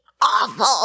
awful